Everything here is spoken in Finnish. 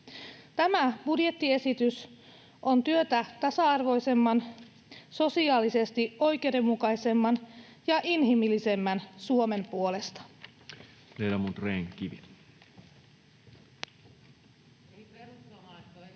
Tämä budjettiesitys on työtä tasa-arvoisemman, sosiaalisesti oikeudenmukaisemman ja inhimillisemmän Suomen puolesta. Ledamot Rehn-Kivi. Arvoisa puhemies,